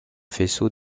faisceaux